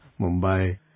Mumbai